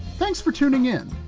thanks for tuning in.